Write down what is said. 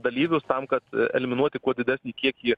dalyvius tam kad eliminuoti kuo didesnį kiekį